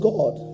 God